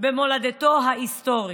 במולדתו ההיסטורית.